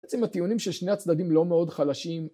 בעצם הטיעונים של שני הצדדים לא מאוד חלשים